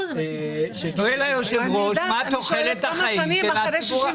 שואל היושב ראש מה תוחלת החיים של ציבור הנשים הערביות.